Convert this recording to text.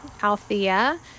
Althea